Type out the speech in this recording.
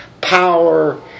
power